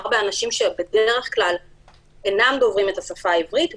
באנשים שבדרך כלל אינם דוברים את השפה העברית.